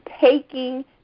taking